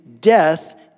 death